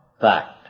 fact